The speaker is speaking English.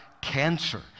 cancer